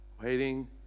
waiting